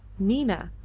nina,